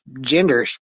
gender